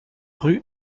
rue